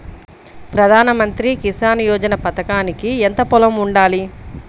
ప్రధాన మంత్రి కిసాన్ యోజన పథకానికి ఎంత పొలం ఉండాలి?